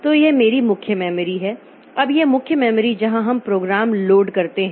तो यह मेरी मुख्य मेमोरी है अब यह मुख्य मेमोरी जहां हम प्रोग्राम लोड करते हैं